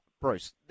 Bruce